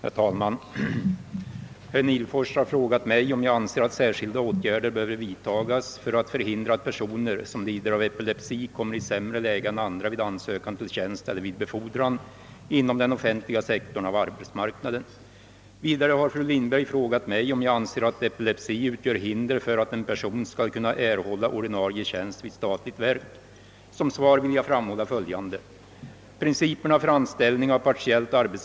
Herr talman! Herr Nihlfors har frågat mig om jag anser att särskilda åtgärder behöver vidtagas för att förhindra att personer, som lider av epilepsi, kommer i sämre läge än andra vid ansökan till tjänst eller vid befordran inom den offentliga sektorn av arbetsmarknaden. Vidare har fru Lindberg frågat mig om jag anser att epilepsi utgör hinder för att en person skall kunna erhålla ordinarie tjänst vid statligt verk. Som svar vill jag framhålla följande.